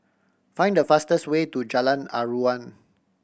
find the fastest way to Jalan Aruan